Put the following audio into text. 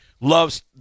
loves